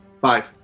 Five